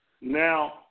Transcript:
Now